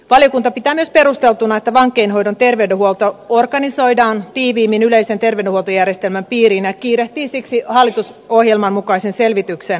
valiokunta pitää myös perusteltuna että vankeinhoidon terveydenhuolto organisoidaan tiiviimmin yleisen terveydenhuoltojärjestelmän piiriin ja kiirehtii siksi hallitusohjelman mukaisen selvityksen laatimista